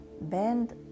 bend